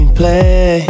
play